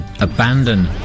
abandon